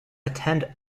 attend